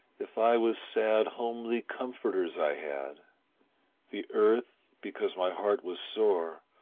if i was sad homely comforters i had the earth, because my heart was sore,